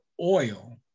oil